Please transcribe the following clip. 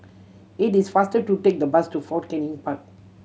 it is faster to take the bus to Fort Canning Park